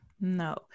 No